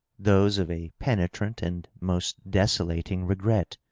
those of a penetrant and most desolating regret.